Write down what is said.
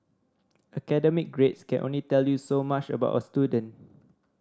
academic grades can only tell you so much about a student